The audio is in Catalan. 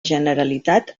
generalitat